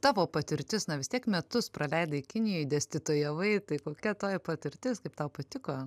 tavo patirtis na vis tiek metus praleidai kinijoj dėstytojavai tai kokia toji patirtis kaip tau patiko